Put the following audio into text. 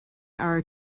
are